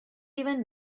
even